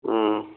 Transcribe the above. ꯎꯝ